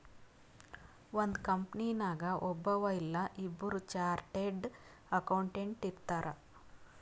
ಒಂದ್ ಕಂಪನಿನಾಗ್ ಒಬ್ಬವ್ ಇಲ್ಲಾ ಇಬ್ಬುರ್ ಚಾರ್ಟೆಡ್ ಅಕೌಂಟೆಂಟ್ ಇರ್ತಾರ್